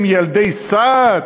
הם ילדי סעד?